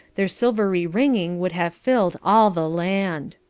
their silvery ringing would have filled all the land.